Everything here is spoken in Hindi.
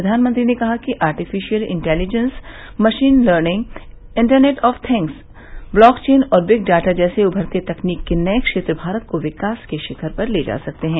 प्रधानमंत्री ने कहा कि artificial intelligence machine learning internet of things blockchain और बिग डाटा जैसे उमरते तकनीक के नये क्षेत्र भारत को विकास के शिखर पर ले जा सकते हैं